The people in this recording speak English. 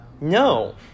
No